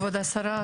כבוד השרה,